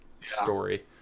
story